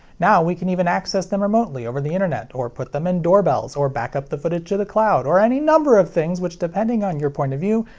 now we can even access them remotely over the internet, or put them in doorbells, or backup the footage to the cloud, or any number of things which, depending on your point of view,